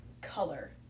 color